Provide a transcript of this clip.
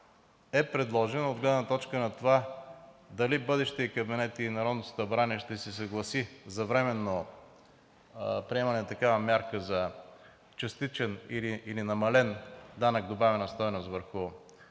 е предложен от гледна точка на това дали бъдещият кабинет и Народното събрание ще се съгласят за временно приемане на такава мярка за частичен или намален данък добавена стойност върху